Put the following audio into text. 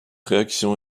réaction